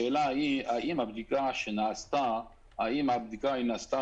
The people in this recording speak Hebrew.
השאלה היא האם הבדיקה נעשתה בבדיקה